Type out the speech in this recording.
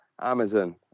Amazon